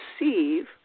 receive